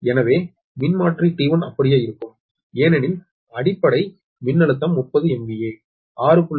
எனவே மின்மாற்றி T1 அப்படியே இருக்கும் ஏனெனில் அடிப்படை மின்னழுத்தம் 30 MVA 6